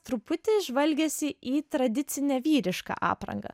truputį žvalgėsi į tradicinę vyrišką aprangą